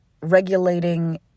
regulating